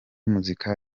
muzika